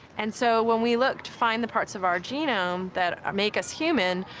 and so when we look to find the parts of our genome that make us human,